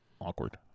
awkward